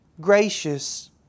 gracious